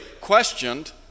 questioned